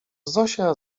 zosia